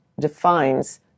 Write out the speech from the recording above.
defines